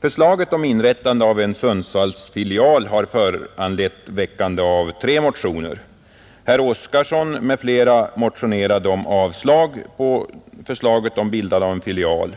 Förslaget att inrätta en Sundsvallsfilial har föranlett tre motioner. Herr Oskarson m.fl. har motionerat om avslag på förslaget att inrätta en filial i Sundsvall,